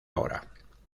hora